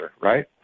right